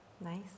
Nice